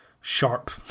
sharp